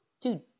dude